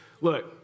Look